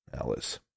Alice